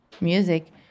music